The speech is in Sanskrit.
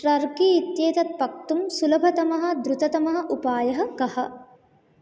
ट्रर्की इत्येतत् पक्तुं सुलभतमः द्रुततमः उपायः कः